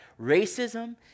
racism